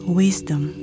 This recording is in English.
wisdom